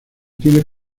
tienes